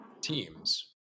teams